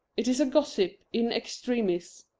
it is gossip in extremis.